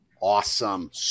awesome